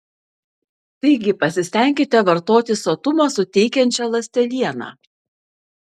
taigi pasistenkite vartoti sotumo suteikiančią ląstelieną